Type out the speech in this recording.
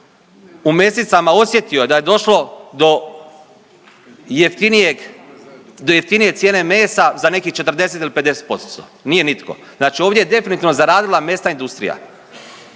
u mesnicama osjetio da je došlo do jeftinije cijene mesa za nekih 40 ili 50%? Nije nitko. Znači ovdje je definitivno zaradila mesna industrija